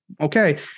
okay